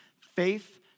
Faith